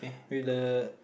with the